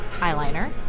eyeliner